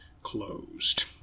Closed